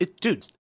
dude